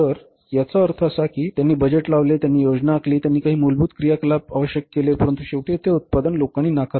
तर याचा अर्थ असा की त्यांनी बजेट लावले त्यांनी योजना आखली त्यांनी काही मूलभूत क्रियाकलाप आवश्यक केले परंतु शेवटी ते उत्पादन लोकांनी नाकारले